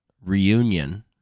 reunion